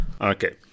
Okay